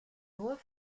nur